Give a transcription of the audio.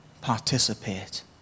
participate